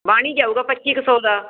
ਬਣ ਹੀ ਜਾਊਗਾ ਪੱਚੀ ਕੁ ਸੌ ਦਾ